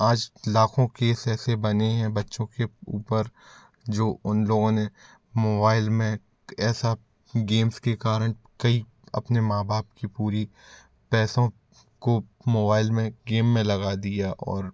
आज लाखों केस ऐसे बने हैं बच्चों के ऊपर जो उन लोगों ने माेवाइल में ऐसा गेम्स के कारण कई अपने माँ बाप की पूरी पैसों काे मोबाइल में गेम में लगा दिया और